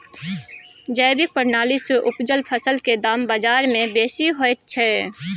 जैविक प्रणाली से उपजल फसल के दाम बाजार में बेसी होयत छै?